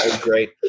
Great